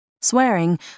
Swearing